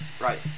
Right